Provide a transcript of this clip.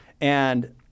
And-